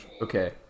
Okay